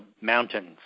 mountains